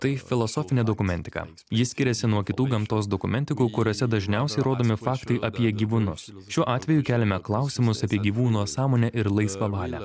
tai filosofinė dokumentika ji skiriasi nuo kitų gamtos dokumentikų kuriose dažniausiai rodomi faktai apie gyvūnus šiuo atveju keliame klausimus apie gyvūno sąmonę ir laisvą valią